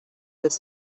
das